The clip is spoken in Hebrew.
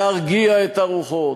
להרגיע את הרוחות,